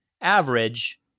Average